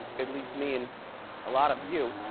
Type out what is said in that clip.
at least me and a lot of you,